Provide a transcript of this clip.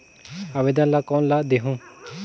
आवेदन ला कोन ला देहुं?